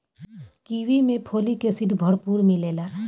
kiwi में folic acid भरपूर मिलेला